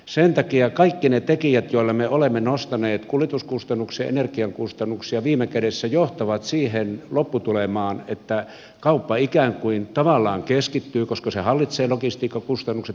sen takia kaikki ne tekijät joilla me olemme nostaneet kuljetuskustannuksia energian kustannuksia viime kädessä johtavat siihen lopputulemaan että kauppa tavallaan keskittyy koska se hallitsee logistiikkakustannukset parhaiten